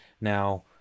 Now